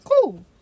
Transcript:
cool